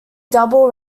double